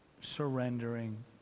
surrendering